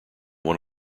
one